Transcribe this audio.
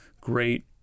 great